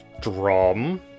Drum